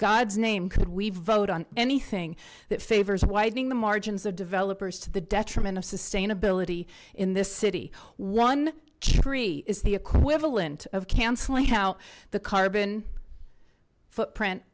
god's name could we vote on anything that favors widening the margins of developers to the detriment of sustainability in this city one tree is the equivalent of canceling how the carbon footprint